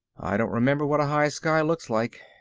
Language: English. i don't remember what a high sky looks like.